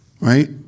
Right